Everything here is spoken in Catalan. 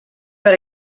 per